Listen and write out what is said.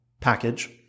package